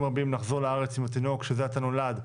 רבים לחזור לארץ עם התינוק שזה עתה נולד,